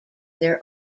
their